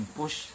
push